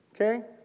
Okay